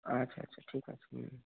আচ্ছা আচ্ছা ঠিক আছে হুম